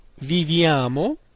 viviamo